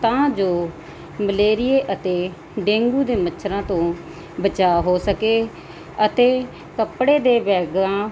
ਤਾਂ ਜੋ ਮਲੇਰੀਏ ਅਤੇ ਡੇਂਗੂ ਦੇ ਮੱਛਰਾਂ ਤੋਂ ਬਚਾਅ ਹੋ ਸਕੇ ਅਤੇ ਕੱਪੜੇ ਦੇ ਬੈਂਗਾਂ